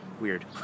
weird